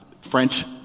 French